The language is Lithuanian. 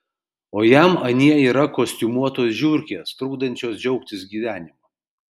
o jam anie yra kostiumuotos žiurkės trukdančios džiaugtis gyvenimu